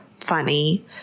funny